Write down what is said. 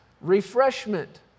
refreshment